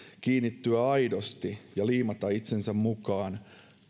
kiinnittyä aidosti ja liimata itsensä mukaan